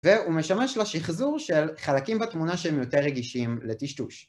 והוא משמש לשחזור של חלקים בתמונה שהם יותר רגישים לטשטוש.